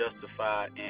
Justified